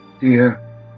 dear